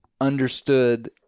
understood